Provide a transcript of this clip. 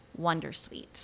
wondersuite